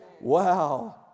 Wow